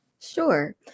Sure